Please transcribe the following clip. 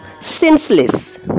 senseless